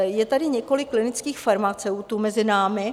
Je tady několik klinických farmaceutů mezi námi.